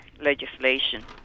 legislation